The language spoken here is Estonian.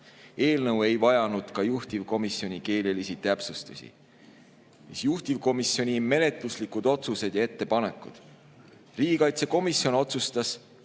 Eelnõu ei vajanud ka juhtivkomisjoni keelelisi täpsustusi. Juhtivkomisjoni menetluslikud otsused ja ettepanekud. Riigikaitsekomisjon otsustas